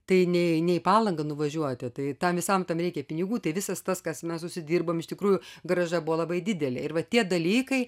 tai ne į ne į palangą nuvažiuoti tai tam visam tam reikia pinigų tai visas tas kas mes užsidirbom iš tikrųjų grąža buvo labai didelė ir va tie dalykai